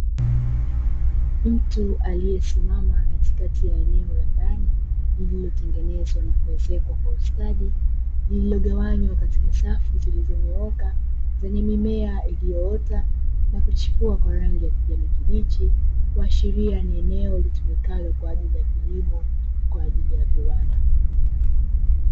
Mtu aliyesimama katikati ya eneo la ndani, lililotengenezwa na kuezekwa kwa ustadi. Llililogawanywa katika safu zilizonyooka zenye mimea iliyoota na kuchipua kwa rangi ya kijani kibichi kuashiria ni eneo litumikalo kwa ajili ya kilimo kwa ajili ya viwanda.